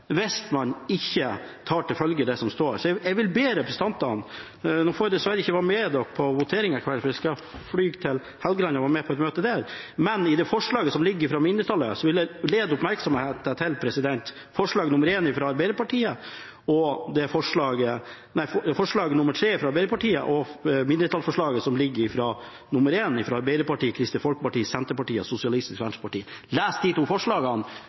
hvis man ikke tar til følge det som står. Jeg får dessverre ikke vært med på voteringen i kveld, fordi jeg skal fly til Helgeland og være med på et møte der, men når det gjelder de forslagene i innstillingen som er fra mindretallet, vil jeg henlede representantenes oppmerksomhet på forslag nr. 3, fra Arbeiderpartiet, og forslag nr. 1, fra Arbeiderpartiet, Kristelig Folkeparti, Senterpartiet og